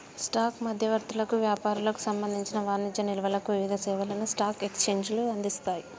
stock మధ్యవర్తులకు, వ్యాపారులకు సంబంధించిన వాణిజ్య నిల్వలకు వివిధ సేవలను స్టాక్ ఎక్స్చేంజ్లు అందిస్తయ్